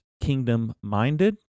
kingdom-minded